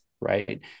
right